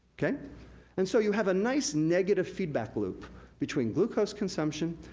and so, you have a nice negative feedback loop between glucose consumption,